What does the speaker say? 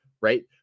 Right